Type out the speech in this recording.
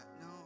No